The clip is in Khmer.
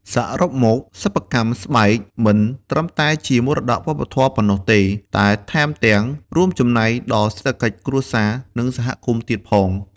សរុបមក សិប្បកម្មស្បែកមិនត្រឹមតែជាមរតកវប្បធម៌ប៉ុណ្ណោះទេ តែថែមទាំងរួមចំណែកដល់សេដ្ឋកិច្ចគ្រួសារ និងសហគមន៍ទៀតផង។